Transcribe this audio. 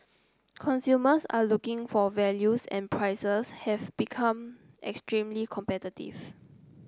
consumers are looking for values and prices have become extremely competitive